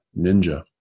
ninja